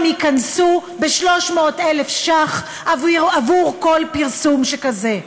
הם ייקנסו ב-300,000 ש"ח עבור כל פרסום שכזה.